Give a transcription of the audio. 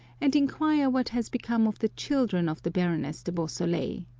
and inquire what has become of the children of the baroness de beausoleil,